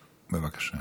בבקשה.